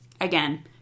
Again